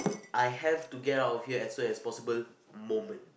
I have to get out of here as soon as possible moment